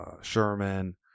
Sherman